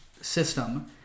system